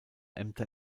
ämter